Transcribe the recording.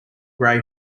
gray